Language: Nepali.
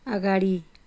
अगाडि